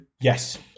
Yes